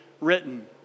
written